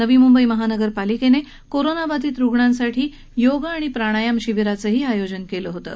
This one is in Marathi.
नवी मुंबई महानगरपालिकेनही कोरोना बाधित रूग्णांसाठी योग आणि प्राणायाम शिबिराचं आयोजन केलं होतं